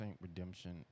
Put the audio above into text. Redemption